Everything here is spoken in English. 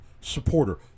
supporter